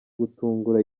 gutungura